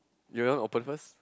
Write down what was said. do you want open first